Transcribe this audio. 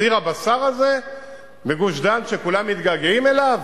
סיר הבשר הזה בגוש-דן שכולם מתגעגעים אליו,